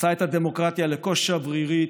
עושה את הדמוקרטיה לכה שברירית,